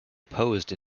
opposed